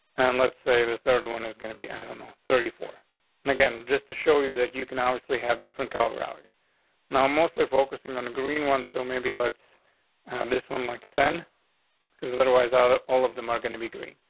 and let's say the third one is gonna be animal thirty four and again just to show you that you can obviously have different college rallies now, mostly focusing on the green one. so maybe let's and this one, like ten because otherwise ah are all of them are going to be green.